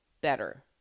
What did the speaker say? better